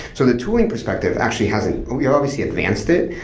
so the tooling perspective actually has an we obviously advanced it,